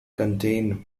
contain